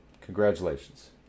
Congratulations